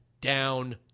down